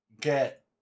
get